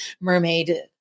mermaid